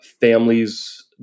families—